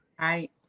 right